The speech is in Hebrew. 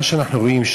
מה שאנחנו רואים,